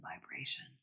vibration